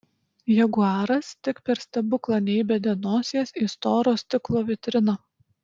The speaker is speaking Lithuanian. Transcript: jaguaras tik per stebuklą neįbedė nosies į storo stiklo vitriną